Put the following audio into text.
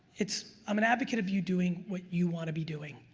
it's, i'm an advocate of you doing what you want to be doing,